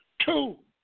Two